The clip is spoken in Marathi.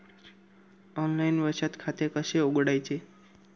ऑनलाइन बचत खाते कसे उघडायचे?